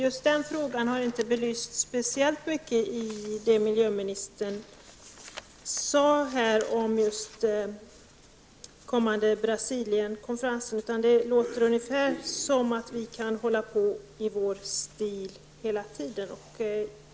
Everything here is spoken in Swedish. Just detta blev inte särskilt mycket belyst av miljöministern när hon talade om just den kommande Brasilien-konferensen. Det verkar som om vi skulle kunna fortsätta på samma sätt som tidigare.